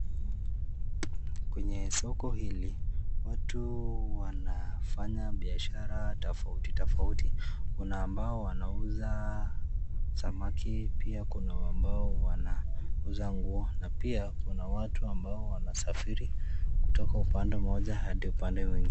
Kwenye soko hili, watu wanafanya biashara tofauti tofauti, kuna ambao wanauza samaki, pia kuna ambao wanauza nguo, na pia kuna watu ambao wanasafiri kutoka upande mmoja hadi upande mwingine.